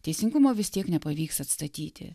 teisingumo vis tiek nepavyks atstatyti